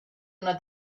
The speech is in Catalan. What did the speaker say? una